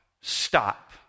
Stop